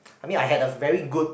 I mean I had a very good